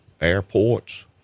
airports